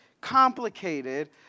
complicated